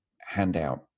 handout